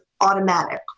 automatic